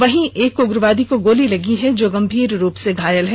वहीं एक उग्रवादी को गोली लगी है जो गंभीर रूप से घायल है